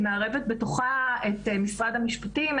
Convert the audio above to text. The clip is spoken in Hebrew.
היא מערבת בתוכה את משרד המשפטים,